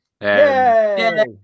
Yay